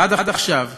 ועד עכשיו,